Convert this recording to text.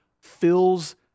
fills